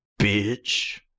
bitch